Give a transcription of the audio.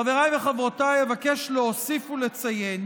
חבריי וחברותיי, אבקש להוסיף ולציין